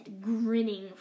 grinning